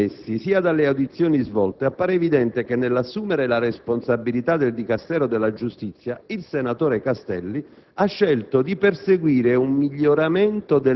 Ora, sia dagli atti trasmessi, sia dalle audizioni svolte, appare evidente che, nell'assumere la responsabilità del Dicastero della giustizia, il senatore Castelli